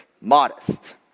modest